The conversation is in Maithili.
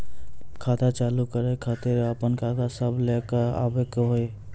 खाता चालू करै खातिर आपन कागज सब लै कऽ आबयोक?